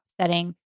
setting